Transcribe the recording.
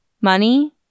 money